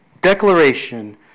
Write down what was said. declaration